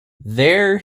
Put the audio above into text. there